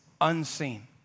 unseen